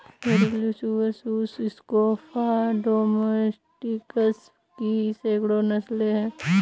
घरेलू सुअर sus scrofa domesticus की सैकड़ों नस्लें हैं